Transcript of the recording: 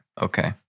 okay